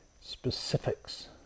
specifics